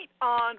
on